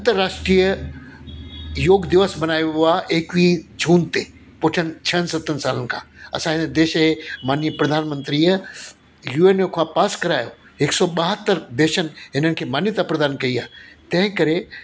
अंतरराष्ट्रीय योग दिवस मल्हाइबो आहे एकवीअ जून ते पोइ छहनि सतनि सालनि खां असांजे देश जे माननीय प्रधान मंत्रीअ यू एन ओ खां पास करायो हिकु सौ ॿहतरि देशनि इनखे मान्यता प्रदान कई आहे तंहिं करे